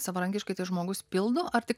savarankiškai tai žmogus pildo ar tik